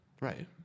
Right